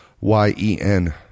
Y-E-N